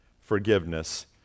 forgiveness